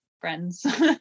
friends